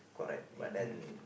correct but then